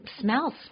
smells